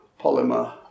polymer